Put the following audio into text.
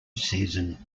season